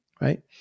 right